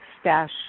stash